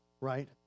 right